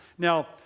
Now